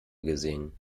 gesehen